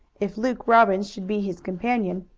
if luke robbins should be his companion,